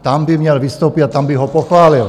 Tam by měl vystoupit a tam bych ho pochválil.